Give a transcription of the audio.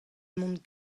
mont